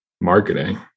marketing